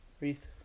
wreath